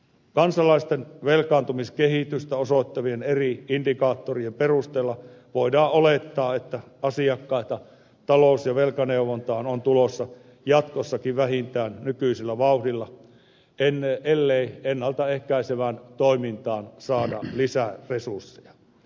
kansalaisten velkaantumiskehitystä osoittavien eri indikaattorien perusteella voidaan olettaa että asiakkaita talous ja velkaneuvontaan on tulossa jatkossakin vähintään nykyisellä vauhdilla ellei ennalta ehkäisevään toimintaan saada lisää resursseja